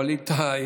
ווליד טאהא,